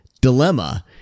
dilemma